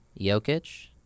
Jokic